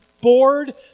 bored